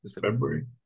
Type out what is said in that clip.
February